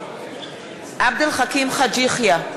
נגד עבד אל חכים חאג' יחיא,